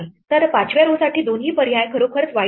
तर 5 व्या row साठी दोन्ही पर्याय खरोखरच वाईट आहेत